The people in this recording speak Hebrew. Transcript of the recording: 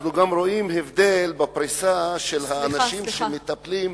אנחנו גם רואים הבדל בפריסה של האנשים שמטפלים,